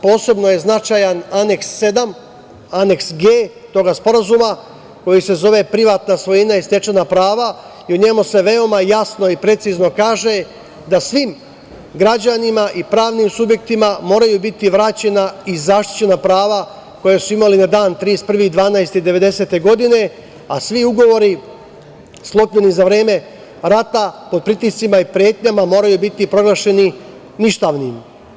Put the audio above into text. Posebno je značajan Aneks 7, Aneks G toga sporazuma, koji se zove - Privatna svojina i stečena prava i u njemu se veoma jasno i precizno kaže da svim građanima i pravnim subjektima moraju biti vraćena i zaštićena prava koja su imali na dan 31. 12. 1990. godine, a svi ugovori sklopljeni za vreme rata, pod pritiscima i pretnjama, moraju biti proglašeni ništavnim.